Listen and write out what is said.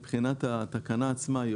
מבחינת התקנה עצמה,